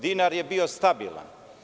Dinar je bio stabilan.